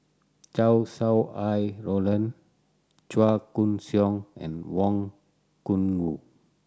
Chow Sau Hai Roland Chua Koon Siong and Wang Gungwu